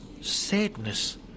sadness